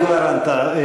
היא כבר ענתה.